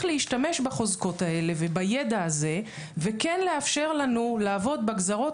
להשתמש בחוזקות האלה ובידע הזה וכן לאפשר לנו לעבוד בגזרות